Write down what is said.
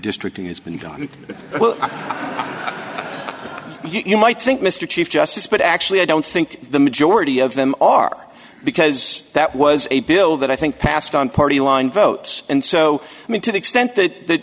district has been going you might think mr chief justice but actually i don't think the majority of them are because that was a bill that i think passed on party line votes and so i mean to the extent that